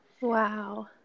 Wow